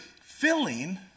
filling